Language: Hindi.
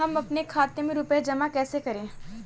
हम अपने खाते में रुपए जमा कैसे करें?